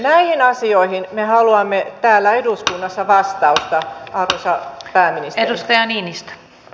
näihin asioihin me haluamme täällä eduskunnassa vastausta arvoisa pääministeri